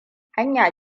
hanya